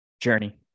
journey